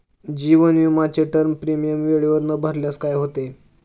जीवन विमाचे term premium वेळेवर न भरल्यास काय होते?